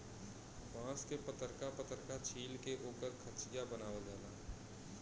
बांस के पतरका पतरका छील के ओकर खचिया बनावल जाला